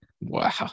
Wow